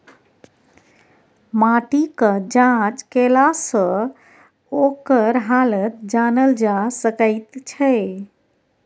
माटिक जाँच केलासँ ओकर हालत जानल जा सकैत छै